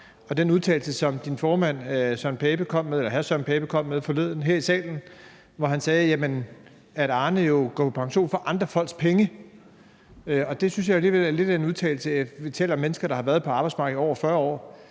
den udtalelse, som din formand, hr. Søren Pape Poulsen, kom med forleden her i salen, da han sagde, at Arne jo går på pension for andre folks penge. Det synes jeg alligevel er lidt af en udtalelse. Vi taler om mennesker, der har været på arbejdsmarkedet i over 40 år.